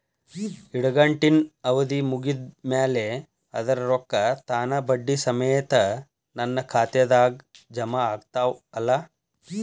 ಇಡಗಂಟಿನ್ ಅವಧಿ ಮುಗದ್ ಮ್ಯಾಲೆ ಅದರ ರೊಕ್ಕಾ ತಾನ ಬಡ್ಡಿ ಸಮೇತ ನನ್ನ ಖಾತೆದಾಗ್ ಜಮಾ ಆಗ್ತಾವ್ ಅಲಾ?